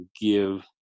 give